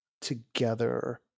together